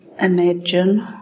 imagine